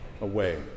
away